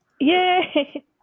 Yay